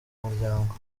muryango